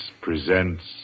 presents